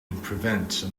prevent